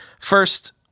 First